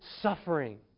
suffering